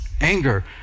anger